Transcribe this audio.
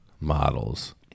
models